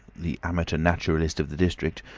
the amateur naturalist of the district,